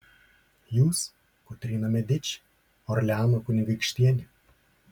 jūs kotryna mediči orleano kunigaikštienė